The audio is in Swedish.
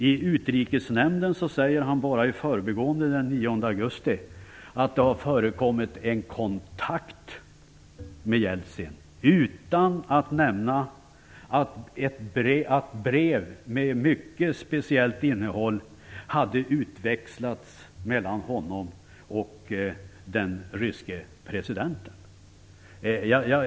I Utrikesnämnden säger han bara i förbigående den 9 augusti att det har förekommit en kontakt med Jeltsin, utan att nämna att brev med mycket speciellt innehåll hade utväxlats mellan honom och den ryske presidenten.